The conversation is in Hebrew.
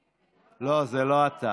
לא, זה לא אתה.